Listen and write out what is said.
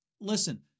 listen